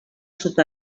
sud